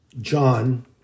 John